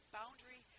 boundary